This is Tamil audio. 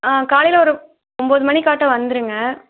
ஆ காலையில ஒரு ஒம்பது மணிக்காட்டும் வந்துருங்க